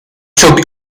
çok